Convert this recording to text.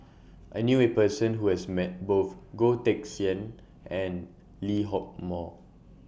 I knew A Person Who has Met Both Goh Teck Sian and Lee Hock Moh